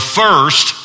first